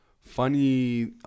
funny